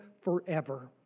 forever